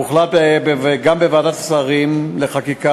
הוחלט גם בוועדת השרים לחקיקה,